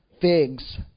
figs